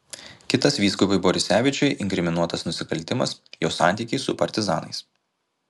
kitas vyskupui borisevičiui inkriminuotas nusikaltimas jo santykiai su partizanais